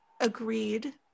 agreed